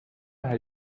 hij